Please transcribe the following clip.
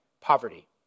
poverty